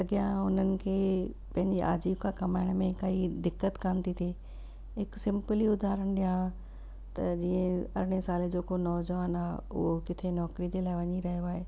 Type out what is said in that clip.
अॻियां उन्हनि खे पंहिंजी आजीविका कमाइण में काई दिक़त कोन थी थिए हिकु सिंपल ई उधारण ॾियां त जीअं अरिड़हं साल जे को नौजवानु आहे उहो किथे नौकरी जे लाइ वञी रहियो आहे